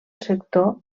sector